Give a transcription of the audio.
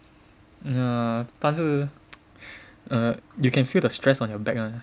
ya 但是 you can feel the stress on your back ah